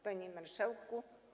Panie Marszałku!